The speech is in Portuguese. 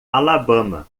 alabama